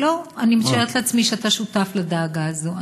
לא, אני מתארת לעצמי שאתה שותף לדאגה הזאת.